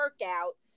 workout